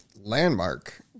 landmark